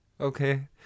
Okay